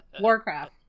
Warcraft